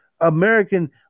American